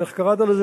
איך קראת לזה?